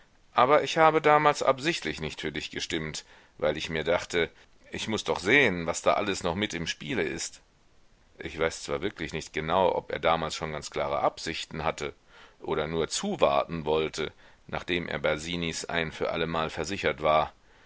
aber ich habe damals absichtlich nicht für dich gestimmt weil ich mir dachte ich muß doch sehen was da alles noch mit im spiele ist ich weiß zwar wirklich nicht genau ob er damals schon ganz klare absichten hatte oder nur zuwarten wollte nachdem er basinis ein für allemal versichert war